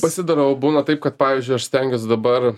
pasidarau būna taip kad pavyzdžiui aš stengiuos dabar